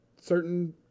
certain